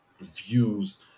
views